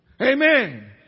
Amen